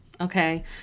Okay